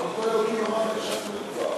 אבל פה אלוקים אמר, גברתי